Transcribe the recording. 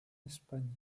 espagne